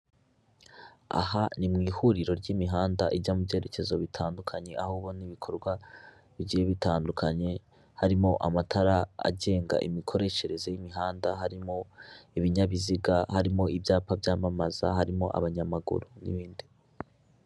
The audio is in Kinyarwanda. Aha ni mu ihuriro ry'imihanda ijya mu byerekezo bitandukanye aho ubona ibikorwa byari bitandukanye harimo amatara agenga imikoreshereze y'imihanda, harimo ibinyabiziga, harimo ibyapa byamamaza, harimo abanyamaguru n'ibindi.